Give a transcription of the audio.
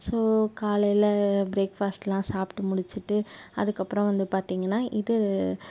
so காலையில் ப்ரேக்ஃபாஸ்ட்லாம் சாப்பிட்டு முடிச்சுட்டு அதுக்கப்பறம் வந்து பார்த்திங்கனா இது